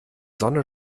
sonne